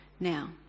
Now